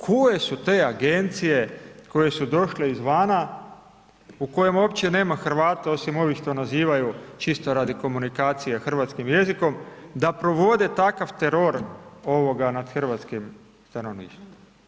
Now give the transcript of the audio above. Koje su te agencije koje su došle izvana u kojem uopće nema Hrvata osim ovih što nazivaju čisto radi komunikacije hrvatskim jezikom, da provode takav teror nad hrvatskim stanovništvom?